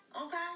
Okay